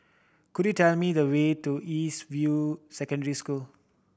could you tell me the way to East View Secondary School